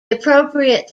appropriate